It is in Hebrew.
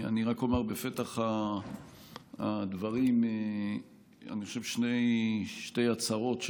בפתח הדברים אני רק אומר שתי הצהרות,